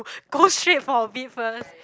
go straight for a bit first